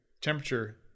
temperature